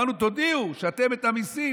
אמרנו: תודיעו שבמיסים,